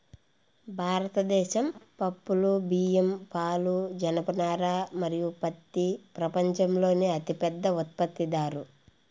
భారతదేశం పప్పులు, బియ్యం, పాలు, జనపనార మరియు పత్తి ప్రపంచంలోనే అతిపెద్ద ఉత్పత్తిదారు